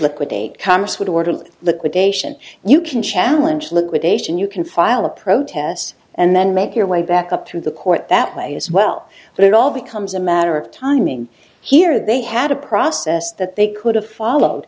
liquidate commerce with orderly liquidation you can challenge liquidation you can file a protest and then make your way back up through the court that way as well but it all becomes a matter of timing here they had a process that they could have followed